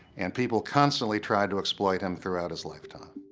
and people constantly try to exploit him throughout his lifetime